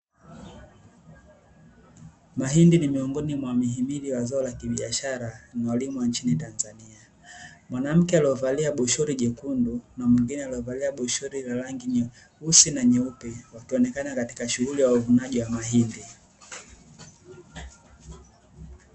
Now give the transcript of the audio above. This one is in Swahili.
Mahindi ni miuongoni mwa mihimili ya zao la kibiashara linalolimwa nchini Tanzania, mwanamke aliyevalia bushori jekundu na mwingine aliyevalia bushori la rangi nyeusi na nyeupe, wakionekana katika shughuli ya uvunaji wa mahindi.